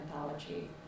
anthology